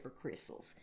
crystals